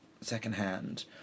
secondhand